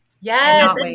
yes